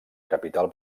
capital